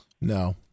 No